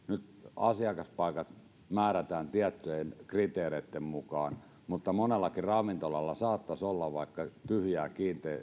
asiakaspaikat määrätään tiettyjen kriteereitten mukaan mutta monellakin ravintolalla saattaisi olla vaikka tyhjää